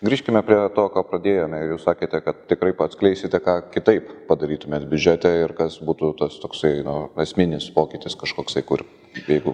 grįžkime prie to ką pradėjome ir jūs sakėte kad tikrai atskleisite ką kitaip padarytumėt biudžete ir kas būtų tas toksai nu esminis pokytis kažkoks kur jeigu